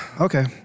Okay